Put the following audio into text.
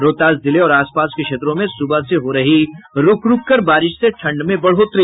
रोहतास जिले और आस पास के क्षेत्रों में सुबह से हो रही रूक रूक कर बारिश से ठंड में बढ़ोतरी